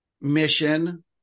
mission